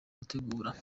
gutegura